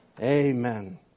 Amen